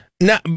Now